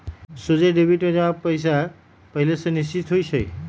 सोझे डेबिट में जमा के पइसा पहिले से निश्चित होइ छइ